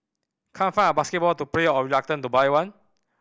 can't find a basketball to play or reluctant to buy one